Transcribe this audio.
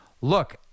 look